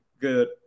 good